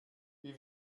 wie